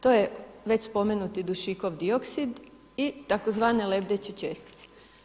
To je već spomenuti dušikov dioksid i tzv. lebdeće čestice.